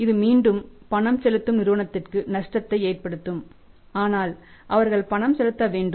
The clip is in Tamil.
இது மீண்டும் பணம் செலுத்தும் நிறுவனத்திற்கு நஷ்டத்தை ஏற்படுத்தும் ஆனால் அவர்கள் பணம் செலுத்த வேண்டும்